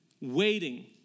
waiting